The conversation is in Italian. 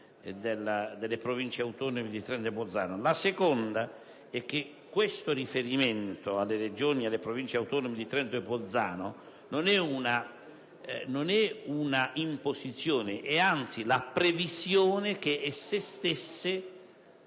delle Province autonome di Trento e Bolzano. La seconda è che il riferimento alle Province autonome di Trento e Bolzano non è un'imposizione, è anzi la previsione che esse stesse